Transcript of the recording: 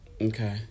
Okay